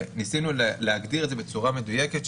וניסינו להגדיר את זה בצורה מדויקת,